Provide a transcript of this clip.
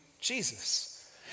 Jesus